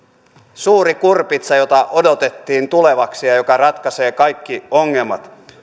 suuri kurpitsa jota odotettiin tulevaksi ja ja joka ratkaisee kaikki ongelmat